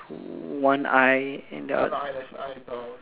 one eye and the oth~